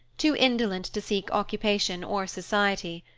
too indolent to seek occupation or society.